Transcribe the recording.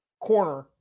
corner